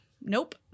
nope